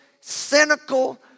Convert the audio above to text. cynical